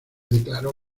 declaró